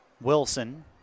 Wilson